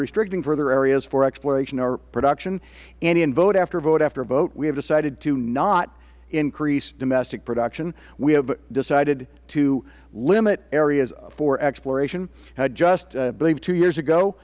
restricting further areas for exploration and protection and in vote after vote after vote we have decided to not increase domestic production we have decided to limit areas for exploration just i believe two years ago